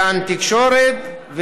גן תקשורת,